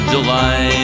July